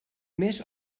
més